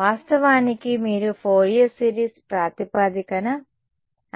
వాస్తవానికి మీరు Fourier series ప్రాతిపదికన